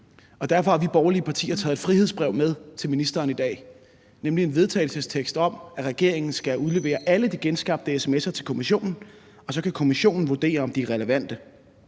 derfor har vi borgerlige partier taget et frihedsbrev med til ministeren i dag, nemlig en vedtagelsestekst om, at regeringen skal udlevere alle de genskabte sms'er til kommissionen. Så kan kommissionen vurdere, om de er relevante.